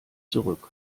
zurück